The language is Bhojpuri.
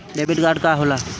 डेबिट कार्ड का होला?